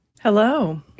Hello